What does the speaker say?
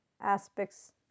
aspects